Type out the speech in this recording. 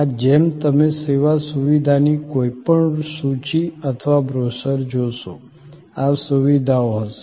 આ જેમ તમે સેવા સુવિધાની કોઈપણ સૂચિ અથવા બ્રોશર જોશો આ સુવિધાઓ હશે